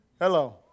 Hello